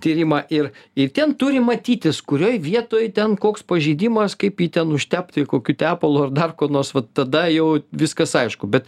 tyrimą ir ir ten turi matytis kurioj vietoj ten koks pažeidimas kaip jį ten užtepti kokiu tepalu ar dar kuo nors vat tada jau viskas aišku bet